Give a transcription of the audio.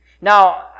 Now